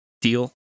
deal